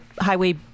highway